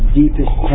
Deepest